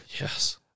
Yes